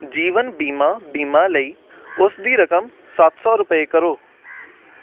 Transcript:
ਜੀਵਨ ਬੀਮਾ ਬੀਮਾ ਲਈ ਉਸ ਦੀ ਰਕਮ ਸੱਤ ਸੌ ਰੁਪਏ ਕਰੋ